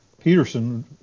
Peterson